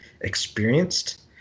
experienced